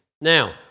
Now